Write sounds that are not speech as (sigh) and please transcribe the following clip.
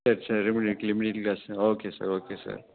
சரி சரி (unintelligible) தான் sir okay sir okay sir